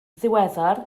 ddiweddar